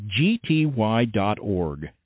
gty.org